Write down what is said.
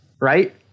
Right